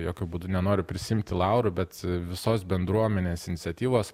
jokiu būdu nenoriu prisiimti laurų bet visos bendruomenės iniciatyvos